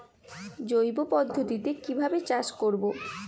জৈব পদ্ধতিতে কিভাবে চাষ করব?